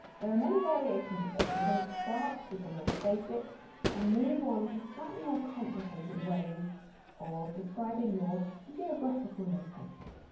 there are many variations of this. i'm going to start with the most basic and ah move on to slightly more complicated ways of describing your geographical location.